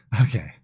Okay